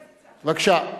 בבקשה.